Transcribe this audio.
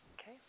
okay